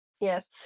Yes